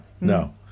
No